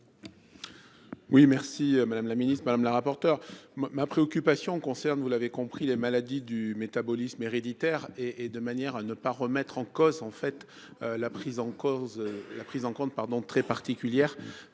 Oui merci Madame la Ministre Madame la rapporteure, moi ma préoccupation concerne, vous l'avez compris, les maladies du métabolisme héréditaire et et de manière à ne pas remettre en cause en fait la prise.